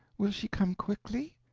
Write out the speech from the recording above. will she come quickly?